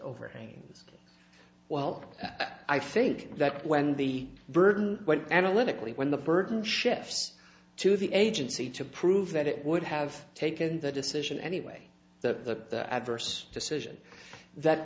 overhangs well i think that when the burden analytically when the burden shifts to the agency to prove that it would have taken the decision anyway the adverse decision that